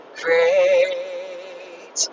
great